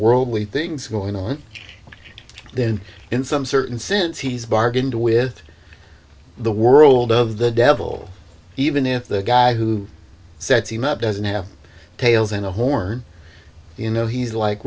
worldly things going on then in some certain sense he's bargained with the world of the devil even if the guy who said he not doesn't have tails and a horn you know he's like